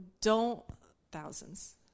don't—thousands—